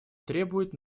требует